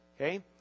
Okay